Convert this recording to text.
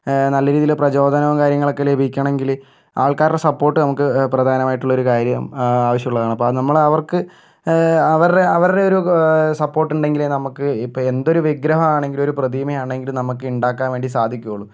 നല്ല രീതിയിൽ പ്രചോദനവും കാര്യങ്ങളും ഒക്കെ ലഭിക്കണമെങ്കിൽ ആൾക്കാരുടെ സപ്പോർട്ട് നമുക്ക് പ്രധാനമായിട്ടുള്ളൊരു കാര്യം ആവശ്യമുള്ളതാണ് അപ്പോൾ നമ്മൾ അവർക്ക് അവരുടെ അവരുടെ ഒരു സപ്പോർട്ട് ഉണ്ടെങ്കിൽ നമുക്ക് ഇപ്പോൾ എന്തൊരു വിഗ്രഹമാണെങ്കിലും പ്രതിമ ആണെങ്കിലും നമുക്ക് ഉണ്ടാക്കാൻ വേണ്ടി സാധിക്കുകയുള്ളു